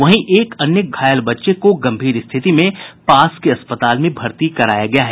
वहीं एक अन्य घायल बच्चे को गम्भीर स्थिति में पास के अस्पताल में भर्ती कराया गया है